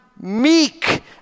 meek